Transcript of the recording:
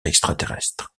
extraterrestre